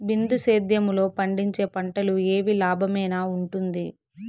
బిందు సేద్యము లో పండించే పంటలు ఏవి లాభమేనా వుంటుంది?